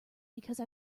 because